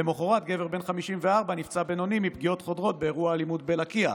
למוחרת גבר בן 54 נפצע בינוני מפגיעות חודרות באירוע אלימות בלקיה,